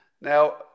Now